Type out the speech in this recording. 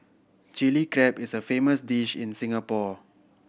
Chilli Crab is a famous dish in Singapore